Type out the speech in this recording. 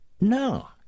No